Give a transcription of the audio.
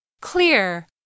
Clear